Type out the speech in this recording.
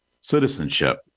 citizenship